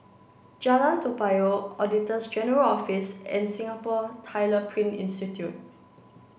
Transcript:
Jalan Toa Payoh Auditor General's Office and Singapore Tyler Print Institute